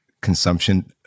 consumption